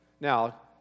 Now